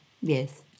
yes